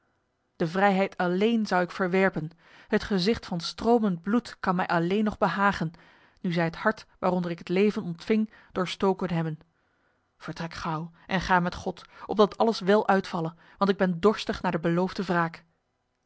de vrijheid alléén zou ik verwerpen het gezicht van stromend bloed kan mij alleen nog behagen nu zij het hart waaronder ik het leven ontving doorstoken hebben vertrek gauw en ga met god opdat alles wel uitvalle want ik ben dorstig naar de beloofde wraak